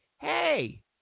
hey